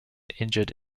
injured